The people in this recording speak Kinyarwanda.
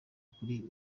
kuri